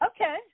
Okay